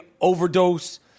overdose